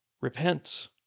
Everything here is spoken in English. Repent